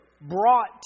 brought